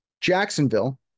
Jacksonville